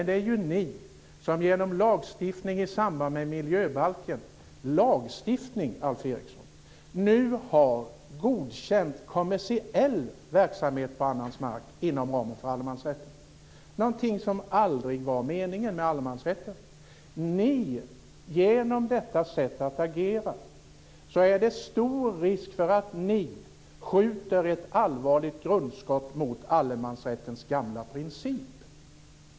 Det är ju ni som genom lagstiftning i samband med miljöbalken - lagstiftning, Alf Eriksson - nu har godkänt kommersiell verksamhet på annans mark inom ramen för allemansrätten, någonting som aldrig var meningen med allemansrätten. Genom detta sätt att agera är det stor risk att ni skjuter ett allvarligt grundskott mot allemansrättens gamla princip.